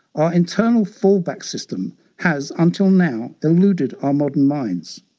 our internal fall-back system has until now eluded our modern minds.